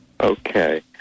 Okay